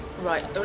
Right